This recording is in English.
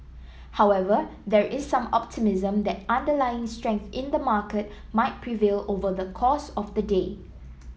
however there is some optimism that underlying strength in the market might prevail over the course of the day